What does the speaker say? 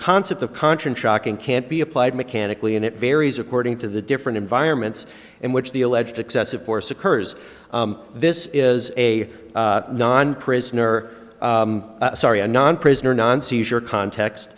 concept of conscience shocking can't be applied mechanically and it varies according to the different environments in which the alleged excessive force occurs this is a non prisoner sorry a non prisoner non seizure